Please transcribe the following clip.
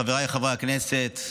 חבריי חברי הכנסת,